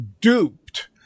duped